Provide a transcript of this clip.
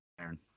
Aaron